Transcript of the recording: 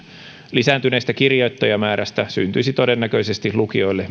lisääntyneestä kirjoittajamäärästä syntyisi lukioille